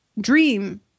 Dream